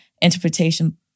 interpretation